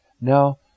Now